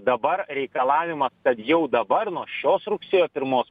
dabar reikalavimas kad jau dabar nuo šios rugsėjo pirmos